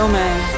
man